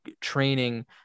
training